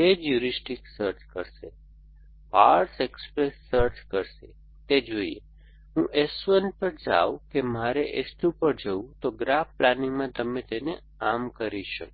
તે જ heuristic search કરશે પાવર્સ એક્સપ્રેસ સર્ચ કરશે તે જોઈએ હું S1 પર જાઉં કે મારે S2 પર જવું છે તો ગ્રાફ પ્લાનમાં તમે તેને આમ કરી શકો